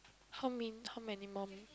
how m~ how many more minutes